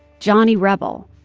johnny rebel,